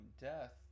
death